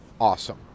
awesome